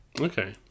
Okay